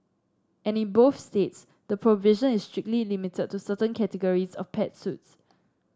and in both states the provision is strictly limited to certain categories of pet suits